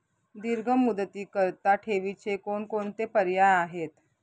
दीर्घ मुदतीकरीता ठेवीचे कोणकोणते पर्याय आहेत?